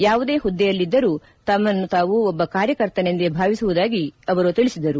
ಯಾವುದೇ ಹುದ್ದೆಯಲ್ಲಿದ್ದರೂ ತಮ್ಮನ್ನು ತಾವು ಒಬ್ಬ ಕಾರ್ಯಕರ್ತನೆಂದೆ ಭಾವಿಸುವುದಾಗಿ ತಿಳಿಸಿದರು